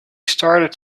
started